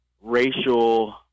racial